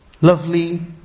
lovely